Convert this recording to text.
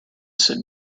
sit